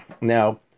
Now